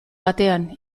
batean